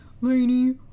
Laney